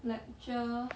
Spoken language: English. lecture